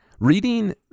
Reading